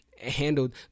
handled